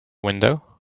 window